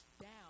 down